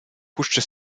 puszczę